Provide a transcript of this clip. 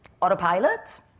autopilot